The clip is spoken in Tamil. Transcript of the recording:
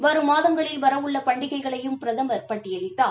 வரும் மாதங்களில் வரவுள்ள பண்டிகைகளையும் பிரதமர் பட்டியலிட்டார்